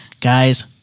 guys